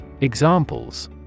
Examples